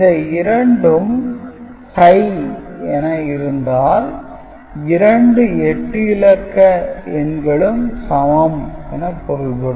இந்த இரண்டும் H என இருந்தால் இரண்டு 8 இலக்க எண்களும் சமம் என பொருள்படும்